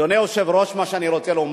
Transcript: אדוני היושב-ראש, מה שאני רוצה לומר: